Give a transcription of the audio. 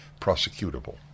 prosecutable